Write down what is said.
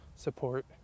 support